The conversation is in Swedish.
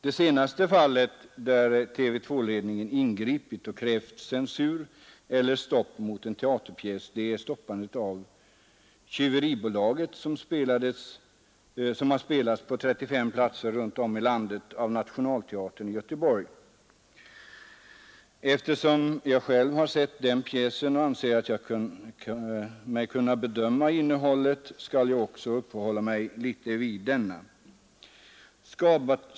Det senaste fallet där TV 2-ledningen ingripit och krävt censur eller stoppande av en teaterpjäs gäller ”Tjyveribolaget”, som har spelats på 35 platser runt landet av Nationalteatern i Göteborg. Eftersom jag själv har sett pjäsen och anser mig kunna bedöma innehållet, skall jag också uppehålla mig litet vid den.